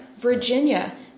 Virginia